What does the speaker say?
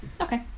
Okay